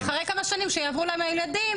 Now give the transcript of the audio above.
ואחרי כמה שנים שיעברו להם הילדים,